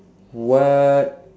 what